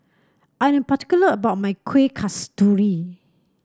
I am particular about my Kuih Kasturi